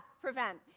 prevent